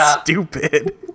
Stupid